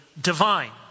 divine